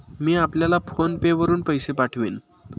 मी आपल्याला PhonePe वरुन पैसे पाठवीन